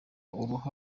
uruhu